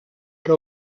que